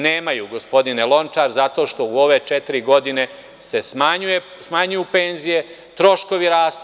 Nemaju, gospodine Lončar, zato što u ove četiri se smanjuju penzije, troškovi rastu.